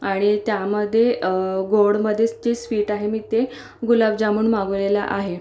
आणि त्यामध्ये गोडमध्ये जे स्वीट आहे मी ते गुलाबजामुन मागवलेला आहे